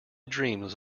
dreams